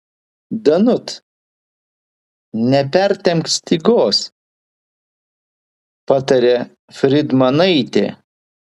danut nepertempk stygos patarė fridmanaitė